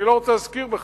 אני לא רוצה להזכיר בכלל,